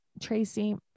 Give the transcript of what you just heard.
Tracy